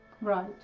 Right